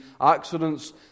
accidents